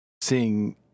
seeing